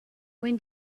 when